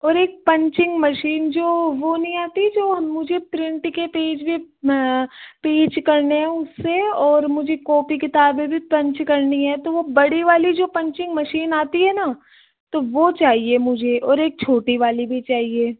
और एक punching machine जो वो नहीं आती जो मुझे प्रिन्ट के पेज में पेंच करने है उससे और मुझे कॉपी किताबें भी पंच करनी है तो वह बड़ी वाली जो पंचिग मशीन आती है न तो वह चाहिए मुझे और एक छोटी वाली भी चाहिए